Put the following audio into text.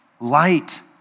light